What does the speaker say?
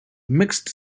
mixed